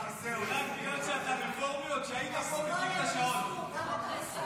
בגלל שאתה רפורמי עוד כשהיית --- לך את השעון.